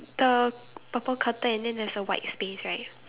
the purple curtain and then there's a white space right